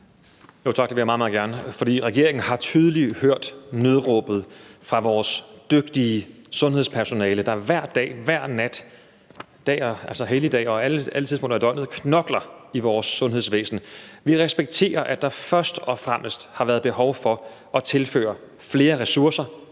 Tak, det vil jeg meget, meget gerne. For regeringen har tydeligt hørt nødråbet fra vores dygtige sundhedspersonale, der hver dag og hver nat, på alle tidspunkter af døgnet, på helligdage knokler i vores sundhedsvæsen. Vi respekterer, at der først og fremmest har været behov for at tilføre flere ressourcer,